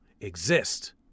exist